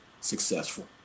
successful